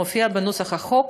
והיא מופיעה בנוסח החוק,